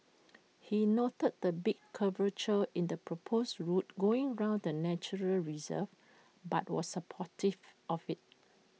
he noted the big curvature in the proposed route going around the natural reserve but was supportive of IT